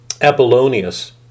Apollonius